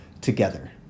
together